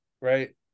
right